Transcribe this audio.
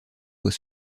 doit